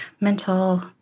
mental